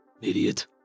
Idiot